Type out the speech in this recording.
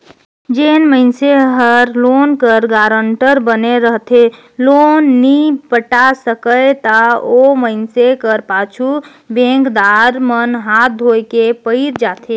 जेन मइनसे हर लोन कर गारंटर बने रहथे लोन नी पटा सकय ता ओ मइनसे कर पाछू बेंकदार मन हांथ धोए के पइर जाथें